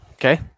Okay